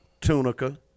Tunica